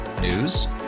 News